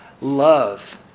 love